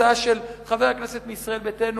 הצעה של חבר כנסת מישראל ביתנו,